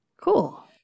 Cool